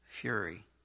fury